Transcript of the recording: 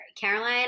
Caroline